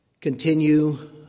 continue